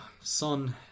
Son